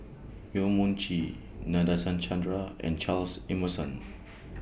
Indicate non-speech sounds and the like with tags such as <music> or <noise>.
Yong Mun Chee Nadasen Chandra and Charles Emmerson <noise>